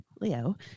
Leo